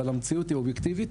אבל המציאות היא אובייקטיבית